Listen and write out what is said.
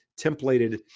templated